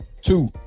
Two